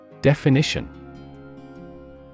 DEFINITION